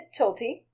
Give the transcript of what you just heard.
tilty